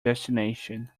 destination